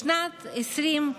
בשנת 2015,